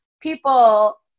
people